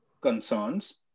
concerns